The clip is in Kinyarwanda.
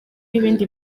ibindi